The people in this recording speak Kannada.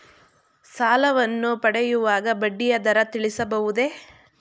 ಸಾಲವನ್ನು ಪಡೆಯುವಾಗ ಬಡ್ಡಿಯ ದರ ತಿಳಿಸಬಹುದೇ?